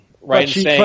right